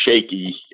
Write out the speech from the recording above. shaky